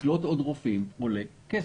לקלוט עוד רופאים עולה כסף.